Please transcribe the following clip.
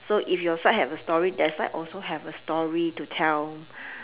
so if your side have a story that side also have a story to tell